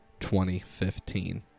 2015